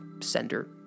sender